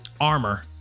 armor